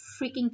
freaking